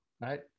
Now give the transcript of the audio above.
right